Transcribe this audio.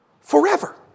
forever